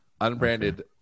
Unbranded